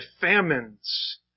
famines